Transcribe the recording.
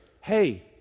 hey